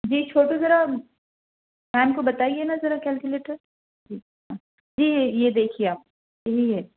جی چھوٹو ذرا میم کو بتائیے نا ذرا کیلکولیٹر جی جی یہ دیکھیے آپ یہی ہے